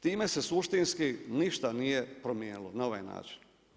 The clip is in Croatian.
Time se suštinski ništa nije promijenilo, na ovaj način.